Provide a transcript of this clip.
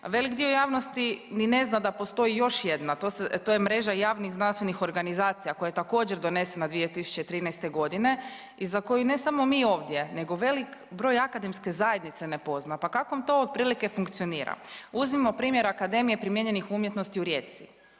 velik dio javnosti ni ne zna da postoji još jedna. To je mreža javnih znanstvenih organizacija koja je također donesena 2013. godine i za koju ne samo mi ovdje nego velik broj akademske zajednice ne pozna. Pa kak vam to otprilike funkcionira. Uzmimo primjer Akademije primijenjenih umjetnosti u Rijeci